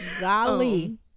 Golly